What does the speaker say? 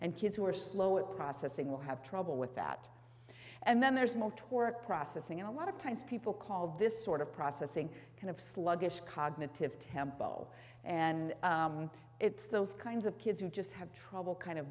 and kids who are slow at processing will have trouble with that and then there's multiple work processing and a lot of times people call this sort of processing kind of sluggish cognitive tempo and it's those kinds of kids who just have trouble kind of